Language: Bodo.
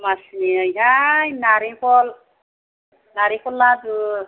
दमासिनि नैहाय नारेंखल नारेंखल लादु